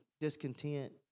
discontent